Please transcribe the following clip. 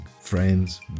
friends